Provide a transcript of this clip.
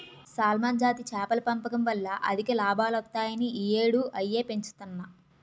salmon జాతి చేపల పెంపకం వల్ల అధిక లాభాలొత్తాయని ఈ యేడూ అయ్యే పెంచుతన్ను